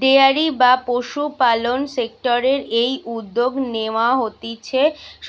dairy বা পশুপালন সেক্টরের এই উদ্যগ নেয়া হতিছে